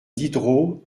diderot